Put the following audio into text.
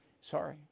sorry